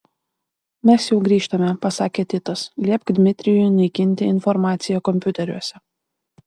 mes jau grįžtame pasakė titas liepk dmitrijui naikinti informaciją kompiuteriuose